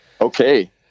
Okay